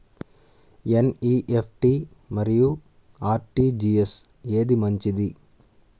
NEFT మరియు RTGS ఏది మంచిది?